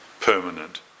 permanent